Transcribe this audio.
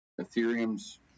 Ethereum's